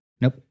Nope